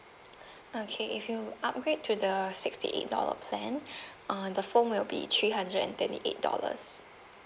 okay if you upgrade to the sixty eight dollar plan uh the phone will be three hundred and twenty eight dollars